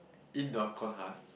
in the corn husk